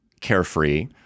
carefree